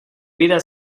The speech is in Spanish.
vida